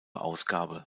ausgabe